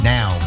Now